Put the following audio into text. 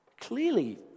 Clearly